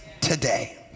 today